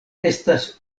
estas